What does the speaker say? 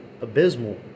abysmal